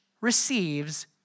receives